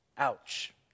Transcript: Ouch